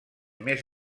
més